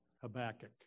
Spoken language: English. Habakkuk